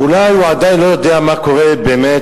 אולי הוא עדיין לא יודע מה קורה באמת